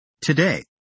Today